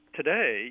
today